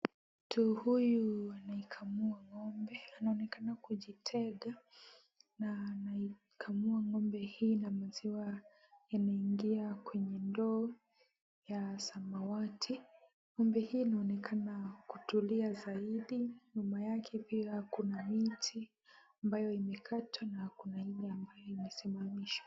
Mtu huyu anaikamua ng'ombe. Anaonekana kujitega na anaikamua ng'ombe hii na maziwa yanaingia kwenye ndoo ya samawati. Ng'ombe hii inaonekana kutulia zaidi. Nyuma yake pia kuna miti ambayo imekatwa na kuna ile ambayo imesimamishwa.